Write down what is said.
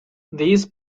these